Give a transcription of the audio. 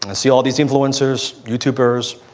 and see all these influencers, youtubers,